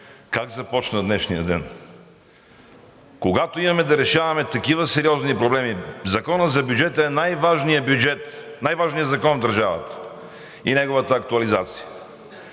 как започна днешният ден? Когато имаме да решаваме такива сериозни проблеми – Законът за бюджета е най-важният закон в държавата, и неговата актуализация.